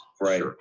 right